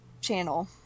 channel